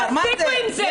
תפסיקו עם זה.